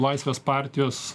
laisvės partijos